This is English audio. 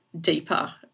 deeper